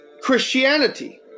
Christianity